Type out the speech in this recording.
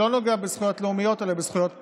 שלא נוגע בזכויות לאומיות אלא בזכויות פרט.